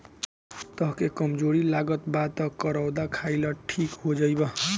तहके कमज़ोरी लागत बा तअ करौदा खाइ लअ ठीक हो जइब